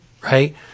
right